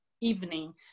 evening